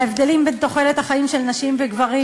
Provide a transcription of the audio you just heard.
ההבדלים בתוחלת החיים של נשים וגברים,